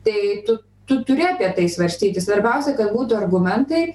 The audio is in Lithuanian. tai tu tu turi apie tai svarstyti svarbiausia kad būtų argumentai